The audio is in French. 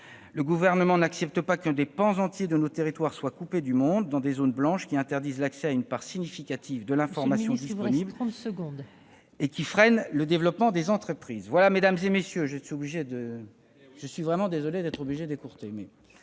Le Gouvernement n'accepte pas que des pans entiers de nos territoires soient coupés du monde, dans des « zones blanches », qui interdisent l'accès à une part significative de l'information disponible et qui freinent le développement des entreprises ... Monsieur le ministre, il vous reste trente secondes.